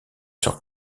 sur